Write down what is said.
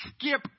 skip